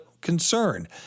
concern